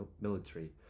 military